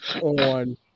on